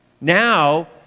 Now